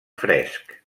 fresc